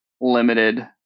limited